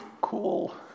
cool